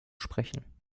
sprechen